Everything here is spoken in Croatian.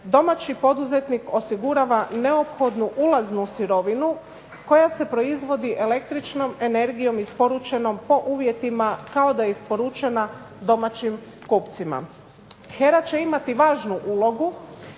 domaći poduzetnik osigurava neophodnu ulaznu sirovinu koja se proizvodi električnom energijom isporučenom po uvjetima kao da je isporučena domaćim kupcima. HERA će imati važnu ulogu